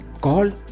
called